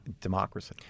democracy